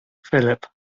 philippe